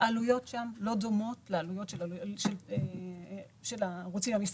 העלויות שם לא דומות לעלויות של הערוצים המסחריים.